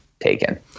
taken